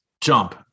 jump